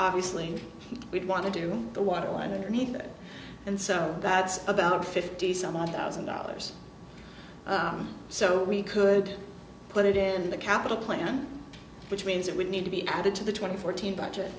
obviously we'd want to do the water line underneath it and so that's about fifty some odd thousand dollars so we could put it in the capital plan which means it would need to be added to the twenty fourteen budget